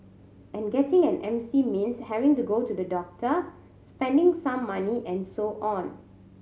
and getting an M C means having to go to the doctor spending some money and so on